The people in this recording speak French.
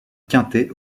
quintet